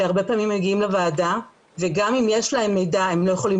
שהרבה פעמים מגיעים לוועדה וגם אם יש להם מידע הם לא יכולים